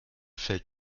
fällt